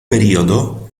periodo